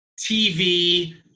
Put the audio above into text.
TV